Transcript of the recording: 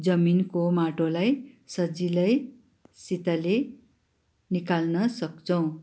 जमिनको माटोलाई सजिलैसितले निकाल्न सक्छौँ